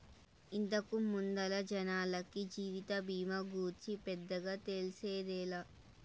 ఇంతకు ముందల జనాలకి జీవిత బీమా గూర్చి పెద్దగా తెల్సిందేలే